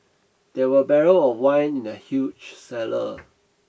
there were barrel of wine in the huge cellar